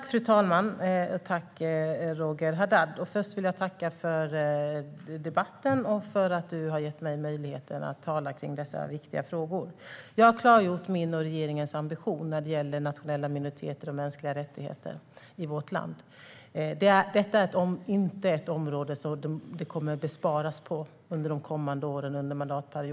Fru talman! Jag tackar Roger Haddad för debatten och för att han har gett mig möjlighet att tala om dessa viktiga frågor. Jag har klargjort min och regeringens ambition när det gäller nationella minoriteter och mänskliga rättigheter i vårt land. Det är inte ett område som det kommer att sparas på under mandatperiodens kommande år.